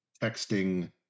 texting